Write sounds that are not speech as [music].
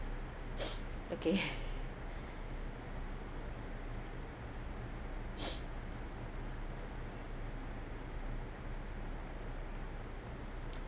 [noise] okay